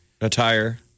attire